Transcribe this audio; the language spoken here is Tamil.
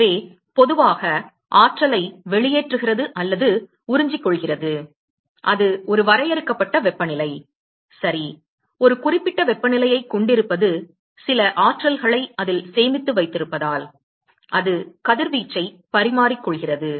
எனவே பொதுவாக ஆற்றலை வெளியேற்றுகிறதுஉறிஞ்சிக்கொள்கிறது அது ஒரு வரையறுக்கப்பட்ட வெப்பநிலை சரி ஒரு குறிப்பிட்ட வெப்பநிலையைக் கொண்டிருப்பது சில ஆற்றல்களை அதில் சேமித்து வைத்திருப்பதால் அது கதிர்வீச்சைப் பரிமாறிக் கொள்கிறது